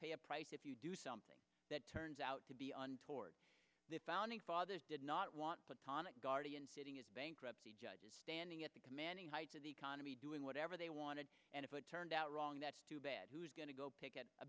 pay a price if you do something that turns out to be an toward the founding fathers did not want the tonic guardian sitting its bankruptcy judges standing at the commanding heights of the economy doing whatever they wanted and if it turned out wrong that's too bad who's going to go pick at a